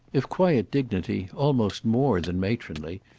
if quiet dignity, almost more than matronly,